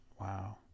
wow